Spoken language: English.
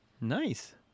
Nice